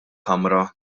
kamra